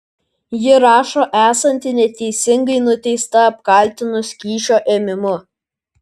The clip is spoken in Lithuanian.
ji rašo esanti neteisingai nuteista apkaltinus kyšio ėmimu